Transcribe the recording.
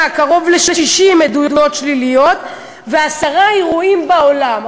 קרוב ל-60 עדויות שליליות ועשרה אירועים בעולם.